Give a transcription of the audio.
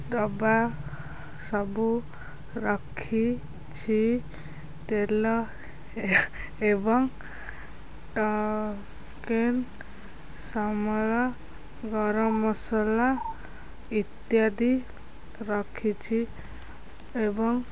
ଡବା ସବୁ ରଖିଛି ତେଲ ଏବଂ ଚିକେନ୍ ସମୟ ଗରମ ମସଲା ଇତ୍ୟାଦି ରଖିଛି ଏବଂ